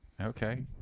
Okay